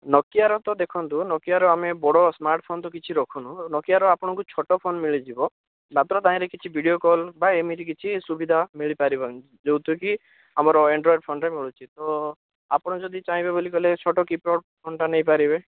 ନୋକିଆର ତ ଦେଖନ୍ତୁ ନୋକିଆର ଆମେ ବଡ଼ ସ୍ମାର୍ଟ ଫୋନ ତ କିଛି ରଖୁନୁ ନୋକିଆର ଆପଣଙ୍କୁ ଛୋଟ ଫୋନ ମିଳିଯିବ ମାତ୍ର ତାହିଁରେ କିଛି ଭିଡ଼ିଓ କଲ୍ ବା ଏମିତି କିଛି ସୁବିଧା ମିଳିପାରିବନି ଯେଉଁଥିରେ କି ଆମର ଆଣ୍ଡରଏଡ଼୍ ଫୋନରେ ମିଳୁଛି ତ ଆପଣ ଯଦି ଚାହିଁବେ ବଲି କହିଲେ ଛୋଟ କିପ୍ୟାଡ଼ ଫୋନଟା ନେଇପାରିବେ